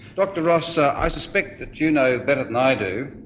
dr ross ah i suspect that you know better than i do,